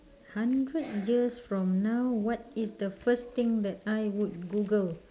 hundred years from now what is the first thing that I would google